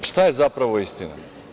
A šta je zapravo istina?